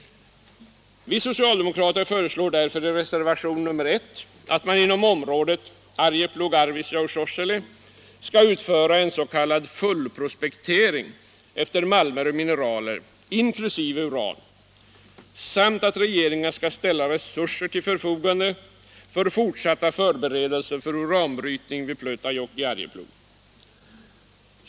Vi socialdemokrater föreslår därför i reservationen 1 att man inom området Arjeplog-Arvidsjaur-Sorsele skall utföra en s.k. fullprospektering efter malmer och. mineraler, inkl. uran, samt att regeringen skall ställa resurser till förfogande för fortsatta förberedelser för uranbrytning vid Pleutajokk i Arjeplog.